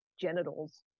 genitals